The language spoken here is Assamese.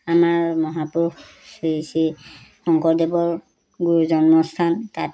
আমাৰ মহাপুৰুষ শ্ৰী শ্ৰী শংকৰদেৱৰ গুৰু জন্মস্থান তাত